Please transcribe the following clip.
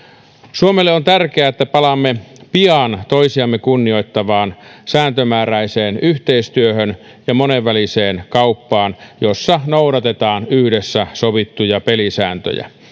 suomelle on tärkeää että palaamme pian toisiamme kunnioittavaan sääntömääräiseen yhteistyöhön ja monenväliseen kauppaan jossa noudatetaan yhdessä sovittuja pelisääntöjä